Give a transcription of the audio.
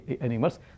animals